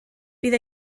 bydd